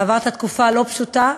עברת תקופה לא פשוטה.